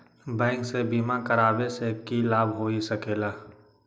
Bank से बिमा करावे से की लाभ होई सकेला?